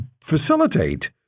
facilitate